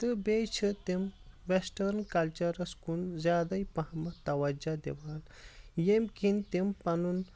تہٕ بییٚہِ چھِ تِم ویٚسٹٲرٕن کلچرس کُن زیادے پہمتھ توجہہ دِوان ییٚمہِ کِنۍ تِم پنُن